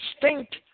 distinct